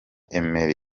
emery